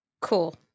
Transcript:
Cool